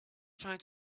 trying